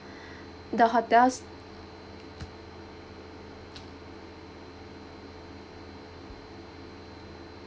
the hotels